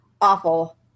awful